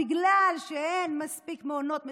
בגלל שאין מספיק מעונות מסובסדים,